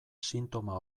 sintoma